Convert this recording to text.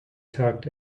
tugged